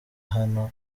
hano